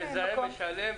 המזהם משלם.